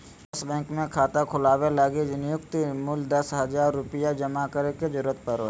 yes Bank मे खाता खोलवावे लगी नुय्तम मूल्य दस हज़ार रुपया जमा करे के जरूरत पड़ो हय